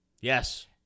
Yes